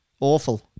awful